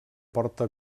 porta